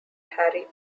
harry